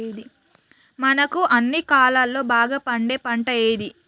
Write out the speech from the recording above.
మనకు అన్ని కాలాల్లో బాగా పండే పంట ఏది?